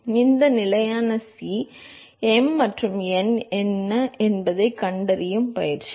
எனவே இப்போது இந்த நிலையான C m மற்றும் n என்ன என்பதைக் கண்டறியும் பயிற்சி